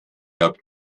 gab